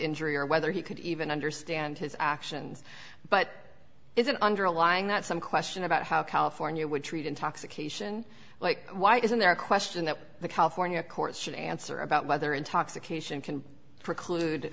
injury or whether he could even understand his actions but isn't underlying that some question about how california would treat intoxication like why isn't there a question that the california courts should answer about whether intoxication can preclude